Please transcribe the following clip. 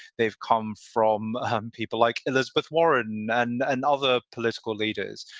they've come from um people like elizabeth warren and and other political leaders.